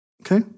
Okay